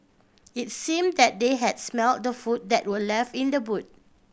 it's seem that they had smelt the food that were left in the boot